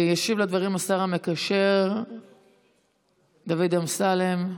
ישיב על הדברים השר המקשר דוד אמסלם.